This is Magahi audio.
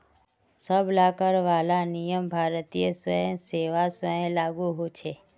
सब ला कर वाला नियम भारतीय राजस्व सेवा स्व लागू होछे